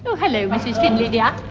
so hello mrs finlay dear,